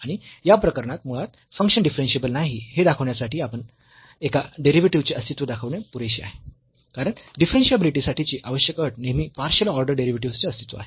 आणि या प्रकरणात मुळात फंक्शन डिफरन्शियेबल नाही हे दाखविण्यासाठी एका डेरिव्हेटिव्ह चे अस्तित्व दाखविणे पुरेसे आहे कारण डिफरन्शियाबिलिटी साठी ची आवश्यक अट दोन्ही पार्शियल ऑर्डर डेरिव्हेटिव्हस् चे अस्तित्व आहे